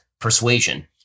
persuasion